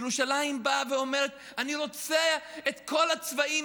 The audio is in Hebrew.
ירושלים באה ואומרת: אני רוצה את כל הצבעים,